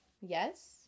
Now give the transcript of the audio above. yes